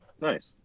Nice